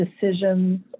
decisions